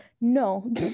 No